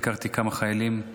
ביקרתי כמה חיילים.